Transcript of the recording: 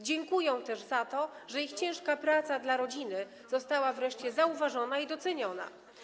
Dziękują też za to, że ich ciężka praca dla rodziny została wreszcie zauważona i doceniona.